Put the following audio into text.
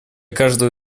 каждого